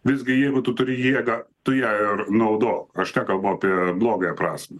visgi jeigu tu turi jėgą tu ją ir naudok aš nekalbu apie blogąją prasmę